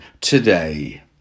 today